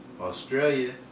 Australia